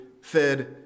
fed